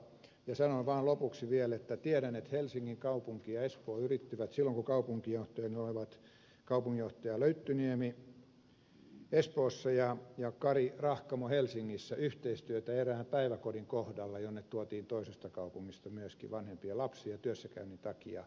sanon vaan lopuksi vielä että tiedän että helsingin kaupunki ja espoo yrittivät silloin kun kaupunginjohtajina olivat kaupunginjohtaja löyttyniemi espoossa ja kari rahkamo helsingissä yhteistyötä erään päiväkodin kohdalla jonne tuotiin myöskin toisesta kaupungista vanhempien lapsia työssäkäynnin takia